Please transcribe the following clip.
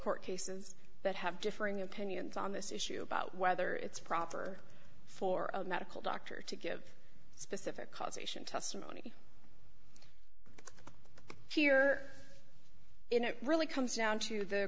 court cases that have differing opinions on this issue about whether it's proper for a medical doctor to give the civic causation testimony here it really comes down to the